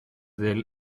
del